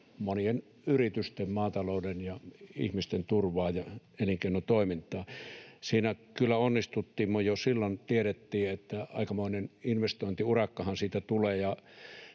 monien yritysten, maatalouden ja ihmisten turvaa ja elinkeinotoimintaa. Siinä kyllä onnistuttiin. Jo silloin tiedettiin, että aikamoinen investointiurakkahan siitä tulee,